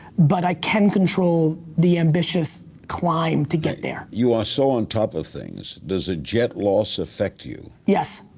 but i can control the ambitious climb to get there. you are so on top of things. does a jet loss affect you? yes.